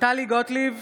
טלי גוטליב,